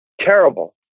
terrible